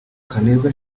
kaneza